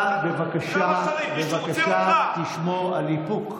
בבקשה, בבקשה, תשמור על איפוק.